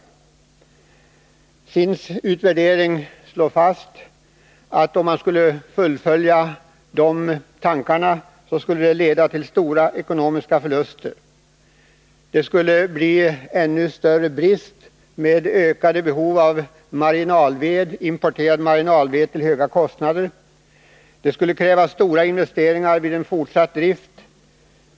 I SIND:s utvärdering slås fast att det skulle leda till stora ekonomiska förluster att genomföra dem. Det skulle bli ännu större virkesbrist med åtföljande ökade behov av marginalved, importerad till höga kostnader. Det skulle vid en fortsatt drift krävas stora investeringar.